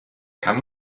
kann